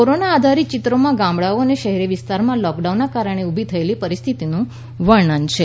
corona આધારિત યિત્રોમાં ગામડાઓ અને શહેરી વિસ્તારમાં લોકડાઉનના કારણે ઉભી થયેલી પરિસ્થિતિનું વર્ણન છે